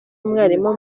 umwarimu